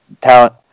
Talent